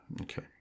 Okay